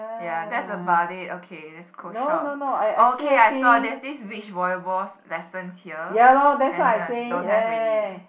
ya that's about it okay let's close shop okay I saw there's this beach volleyballs lesson here and this one don't have already